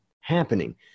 happening